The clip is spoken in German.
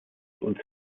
und